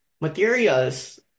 materials